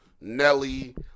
Nelly